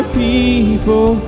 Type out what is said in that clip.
people